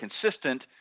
consistent